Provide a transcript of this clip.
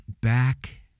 Back